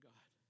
God